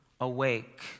awake